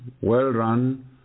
well-run